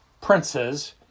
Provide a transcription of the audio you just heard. princes